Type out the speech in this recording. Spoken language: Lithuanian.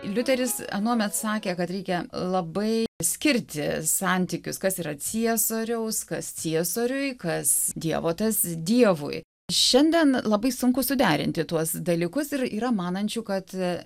liuteris anuomet sakė kad reikia labai skirti santykius kas yra ciesoriaus kas ciesoriui kas dievo tas dievui šiandien labai sunku suderinti tuos dalykus ir yra manančių kad